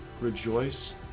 rejoice